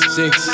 six